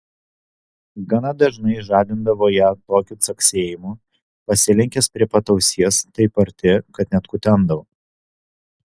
gana dažnai žadindavo ją tokiu caksėjimu pasilenkęs prie pat ausies taip arti kad net kutendavo